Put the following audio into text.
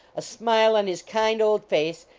a smile on his kind old face,